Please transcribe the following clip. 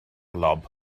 lob